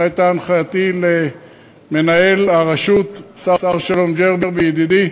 זו הייתה הנחייתי למנהל הרשות שר-שלום ג'רבי ידידי,